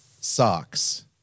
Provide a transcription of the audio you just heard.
socks